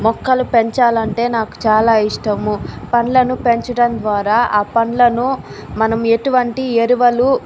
మొక్కలు పెంచాలంటే నాకు చాలా ఇష్టము పండ్లను పెంచడం ద్వారా ఆ పండ్లను మనం ఎటువంటి ఎరువులు